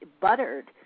buttered